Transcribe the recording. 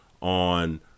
on